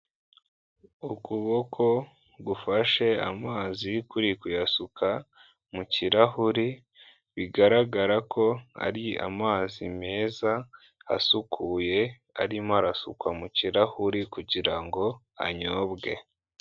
Ukuboko gufashe amazi kuri kuyasuka mu kirahuri, bigaragara ko ari amazi meza asukuye arimo arasukwa mu kirahuri kugira ngo anyobwe.